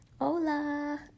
Hola